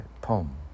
poem